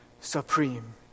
supreme